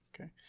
Okay